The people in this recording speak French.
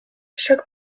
choc